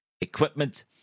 equipment